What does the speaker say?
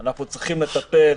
אנחנו צריכים לטפל